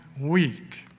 week